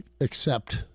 accept